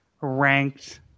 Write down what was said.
ranked